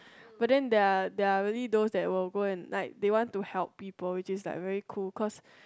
but then they are they are really those that will go and like they want to help people which it's like very cool cause